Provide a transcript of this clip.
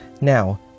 Now